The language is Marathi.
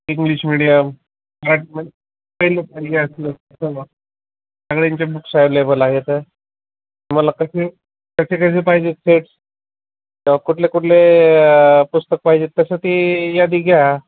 इंग्लिश मिडियम मराठीमध्ये पहिलं पाहिजे असलं सगळ्यांंचे बुक्स ॲवलेबल आहेत तुम्हाला कसे कसे कसे पाहिजेत सेटस केव्हा कुठले कुठले पुस्तक पाहिजेत कसं ती यादी घ्या